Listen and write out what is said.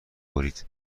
برید